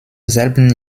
selben